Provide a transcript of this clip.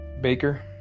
Baker